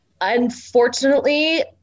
unfortunately